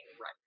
right